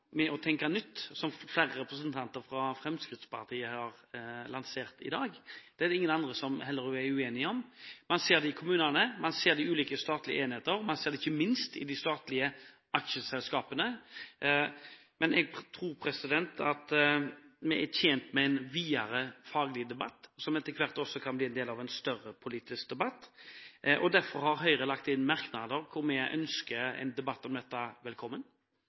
med å tenke nytt, som flere representanter fra Fremskrittspartiet har lansert i dag. Det er det heller ingen andre som er uenig i. Man ser det i kommunene, man ser det i ulike statlige enheter, man ser det ikke minst i de statlige aksjeselskapene. Men jeg tror at vi er tjent med en videre faglig debatt, som etter hvert også kan bli en del av en større politisk debatt. Derfor har Høyre lagt inn merknader om at vi ønsker en debatt om dette velkommen.